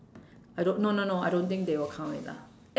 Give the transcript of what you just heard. I don't no no no I don't think they will count it lah